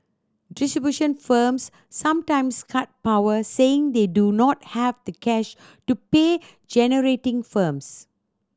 distribution firms sometimes cut power saying they do not have the cash to pay generating firms